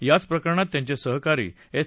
याच प्रकरणात त्यांचे सहकारी एस